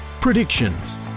predictions